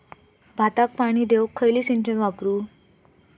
भाताक पाणी देऊक खयली सिंचन वापरू?